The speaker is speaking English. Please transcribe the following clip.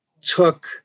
took